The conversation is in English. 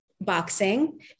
boxing